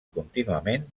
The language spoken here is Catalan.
contínuament